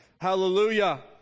Hallelujah